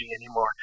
anymore